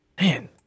Man